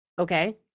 Okay